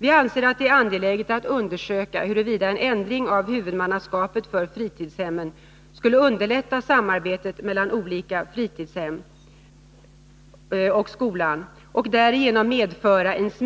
Vi anser att det är angeläget att undersöka huruvida en ändring av huvudmannaskapet för fritidshemmen skulle underlätta samarbetet mellan olika fritidshem och skolan och därigenom medföra ett